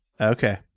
Okay